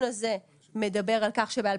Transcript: דיברנו על סוגיית העלויות.